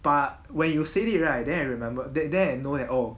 but when you said it right then I remembered then then I know that oh